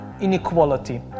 inequality